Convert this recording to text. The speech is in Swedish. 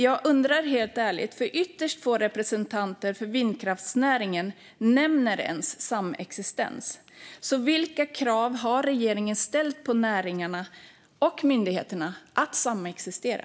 Jag undrar helt ärligt, för ytterst få representanter för vindkraftsnäringen nämner ens samexistens: Vilka krav har regeringen ställt på näringarna och myndigheterna att samexistera?